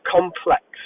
complex